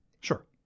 sure